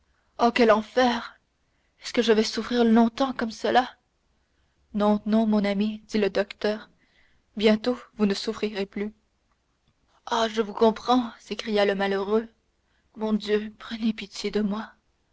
oh quel enfer est-ce que je vais souffrir longtemps comme cela non non mon ami dit le docteur bientôt vous ne souffrirez plus ah je vous comprends s'écria le malheureux mon dieu prenez pitié de moi